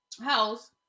House